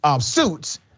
suits